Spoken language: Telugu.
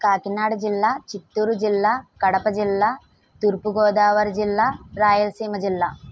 కాకినాడ జిల్లా చిత్తూరు జిల్లా కడప జిల్లా తూర్పు గోదావరి జిల్లా రాయలసీమ జిల్లా